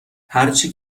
هرچی